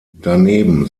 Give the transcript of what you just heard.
daneben